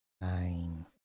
Nine